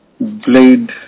blade